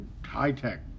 high-tech